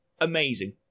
amazing